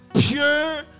pure